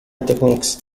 techniques